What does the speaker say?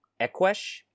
Equesh